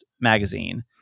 magazine